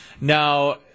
Now